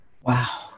Wow